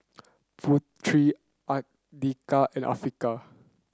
Putri Andika and Afiqah